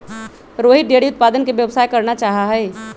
Rohit dairy उत्पादन के व्यवसाय करना चाहा हई